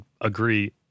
agree